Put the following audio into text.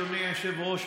אדוני היושב-ראש,